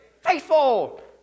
faithful